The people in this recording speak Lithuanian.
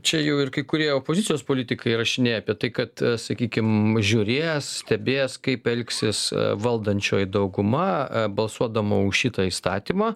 čia jau ir kai kurie opozicijos politikai rašinėja apie tai kad sakykim žiūrės stebės kaip elgsis valdančioji dauguma balsuodama už šitą įstatymą